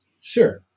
Sure